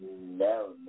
No